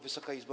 Wysoka Izbo!